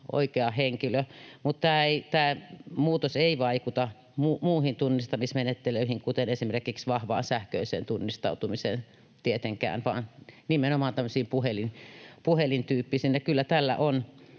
oikea henkilö. Mutta tämä muutos ei tietenkään vaikuta muihin tunnistamismenettelyihin, kuten esimerkiksi vahvaan sähköiseen tunnistautumiseen, vaan nimenomaan tämmöisiin puhelintyyppisiin. Ja kyllä tällä on